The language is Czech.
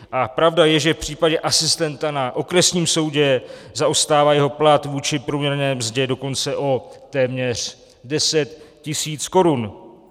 A pravda je, že v případě asistenta na osobním soudě zaostává jeho plat vůči průměrné mzdě dokonce o téměř 10 tisíc korun.